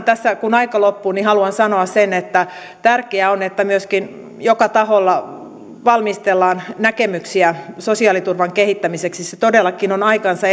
tässä kun aika loppuu haluan sanoa sen että tärkeää on että myöskin joka taholla valmistellaan näkemyksiä sosiaaliturvan kehittämiseksi se todellakin on aikansa